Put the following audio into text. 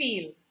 feel